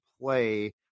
play